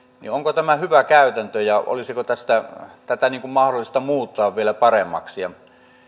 niin onko tämä hyvä käytäntö ja olisiko tätä mahdollista muuttaa vielä paremmaksi